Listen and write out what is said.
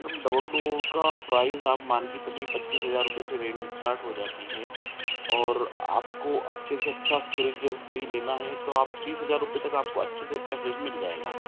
madam double door का price आप मान के चलिए पच्चीस रुपये से रेंज स्टार्ट हो जाती है और आपको अच्छे से अच्छा फ्रिज भी लेना है तो आप तीस हज़ार रुपये तक आपको अच्छे से अच्छा फ्रिज मिल जाएगा